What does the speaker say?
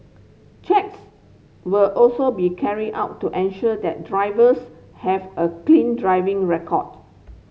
checks will also be carried out to ensure that drivers have a clean driving record